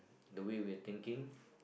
the way we're thinking